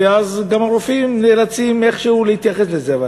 ואז גם הרופאים נאלצים איכשהו להתייחס לזה.